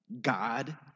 God